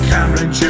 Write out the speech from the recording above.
Cameron